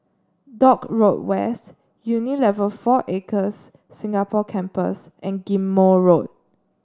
Dock Road West Unilever Four Acres Singapore Campus and Ghim Moh Road